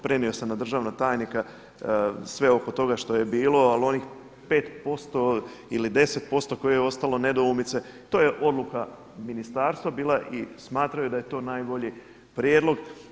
Prenio sam na državnog tajnika sve oko toga što je bilo, ali onih 5% ili 10% koji je ostalo nedoumice to je odluka ministarstva bila i smatraju da je to najbolji prijedlog.